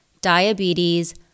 diabetes